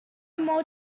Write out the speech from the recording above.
more